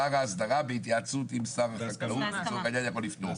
שר ההסדרה בהתייעצות עם שר החקלאות, יכול לפטור.